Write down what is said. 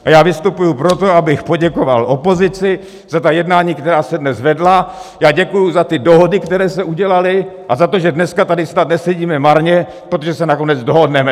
A já vystupuji proto, abych poděkoval opozici za jednání, která se dnes vedla, děkuji za dohody, které se udělaly, a za to, že dneska tady snad nesedíme marně, protože se nakonec dohodneme.